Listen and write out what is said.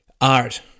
art